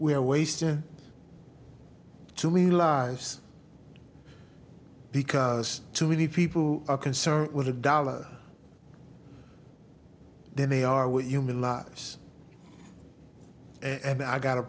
are wasting too many lives because too many people are concerned with the dollar then they are with human lives and i got a